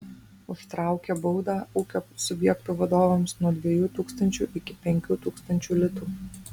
užtraukia baudą ūkio subjektų vadovams nuo dviejų tūkstančių iki penkių tūkstančių litų